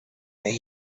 the